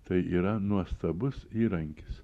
tai yra nuostabus įrankis